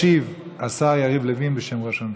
ישיב השר יריב לוין בשם ראש הממשלה.